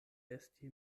esti